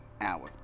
Hour